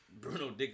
Bruno